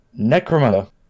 Necromunda